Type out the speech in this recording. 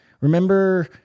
remember